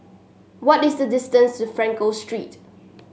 what is the distance to Frankel Street